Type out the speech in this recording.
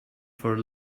for